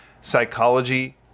psychology